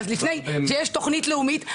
אז לפני שיש תוכנית לאומית,